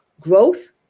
growth